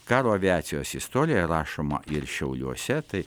karo aviacijos istorijoje rašoma ir šiauliuose tai